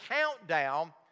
countdown